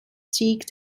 seek